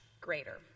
greater